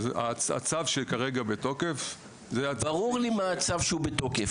אז הצו שכרגע בתוקף זה הצו --- ברור לי שהוא בתוקף.